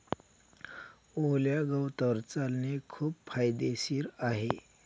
ओल्या गवतावर चालणे खूप फायदेशीर आहे